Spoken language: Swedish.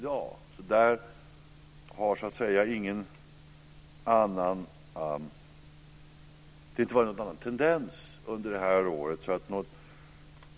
Det har inte funnits någon annan tendens under detta år.